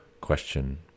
question